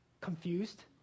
confused